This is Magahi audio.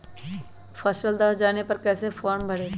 फसल दह जाने पर कैसे फॉर्म भरे?